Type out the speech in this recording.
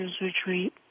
retreat